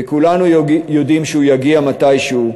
וכולנו יודעים שהוא יגיע מתישהו,